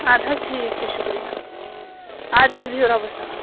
اَدٕ حظ ٹھیٖک چھُ شُکریہ اَدٕ حظ بِہِو رۄبَس حوال